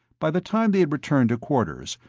by the time they had returned to quarters,